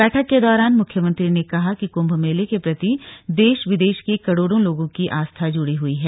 बैठक के दौरान मुख्यमंत्री ने कहा कि कुम्भ मेले के प्रति देश विदेश के करोड़ों लोगों की आस्था जुड़ी है